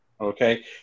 Okay